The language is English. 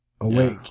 awake